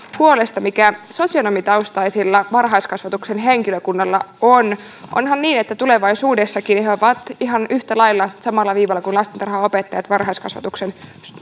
huolesta mikä sosionomitaustaisella varhaiskasvatuksen henkilökunnalla on onhan niin arvoisa ministeri että tulevaisuudessakin he he ovat ihan yhtä lailla samalla viivalla kuin lastentarhanopettajat varhaiskasvatuksen